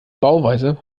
bauweise